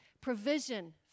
provision